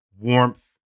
Warmth